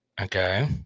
Okay